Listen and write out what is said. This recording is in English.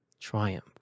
triumph